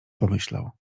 pomyślał